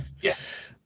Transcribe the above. Yes